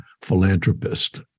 philanthropist